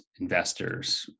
investors